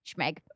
Schmeg